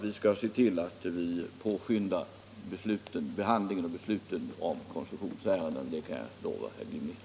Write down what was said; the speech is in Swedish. Vi skall se till att vi påskyndar behandlingen av och beslutet i koncessionsärendena. Det kan jag lova herr Glimnér.